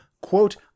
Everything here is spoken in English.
quote